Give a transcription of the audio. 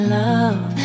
love